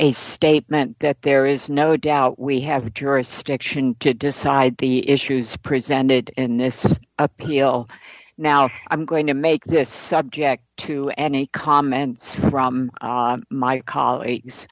a statement that there is no doubt we have jurisdiction to decide the issues presented in this appeal now so i'm going to make this subject to any comment from my colleagues